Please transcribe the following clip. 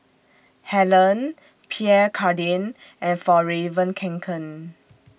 Helen Pierre Cardin and Fjallraven Kanken